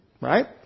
right